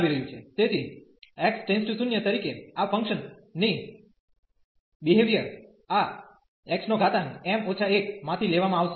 તેથી x → 0 તરીકે આ ફંક્શન ની બીહેવીઅર આ xm 1 માંથી લેવામાં આવશે